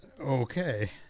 Okay